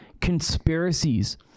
conspiracies